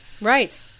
right